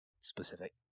specific